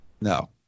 No